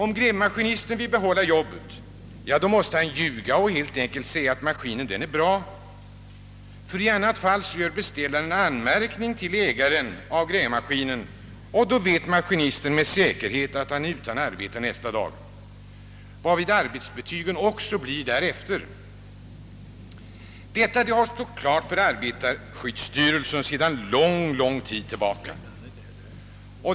Om grävmaskinisten vill behålla arbetet måste han ljuga och helt enkelt svara att maskinen är bra, ty i annat fall gör beställaren anmärkning till grävmaskinens ägare, och då vet maskinisten säkert att han är utan arbete nästa dag. Arbetsbetygen blir också därefter. Detta har stått klart för arbetarskyddsstyrelsen sedan mycket lång tid tillbaka.